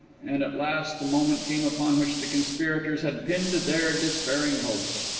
and at last the moment came upon which the conspirators had pinned their despairing hopes.